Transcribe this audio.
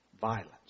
violence